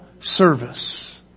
service